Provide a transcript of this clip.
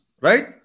right